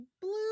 blue